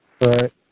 Right